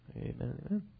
Amen